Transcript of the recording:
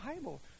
Bible